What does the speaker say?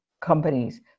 companies